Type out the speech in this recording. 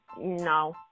no